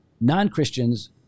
non-Christians